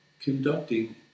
conducting